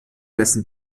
dessen